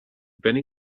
benny